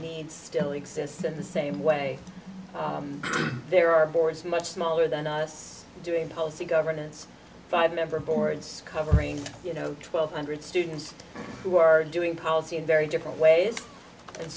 needs still exist in the same way there are boards much smaller than us doing policy governance five member boards covering you know twelve hundred students who are doing policy in very different ways and